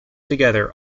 together